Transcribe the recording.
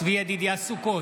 צבי ידידיה סוכות,